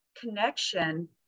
connection